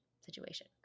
situation